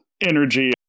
energy